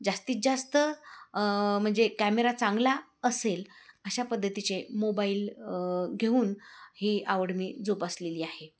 जास्तीत जास्त म्हणजे कॅमेरा चांगला असेल अशा पद्धतीचे मोबाईल घेऊन ही आवड मी जोपासलेली आहे